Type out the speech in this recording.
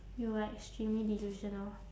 you are extremely delusional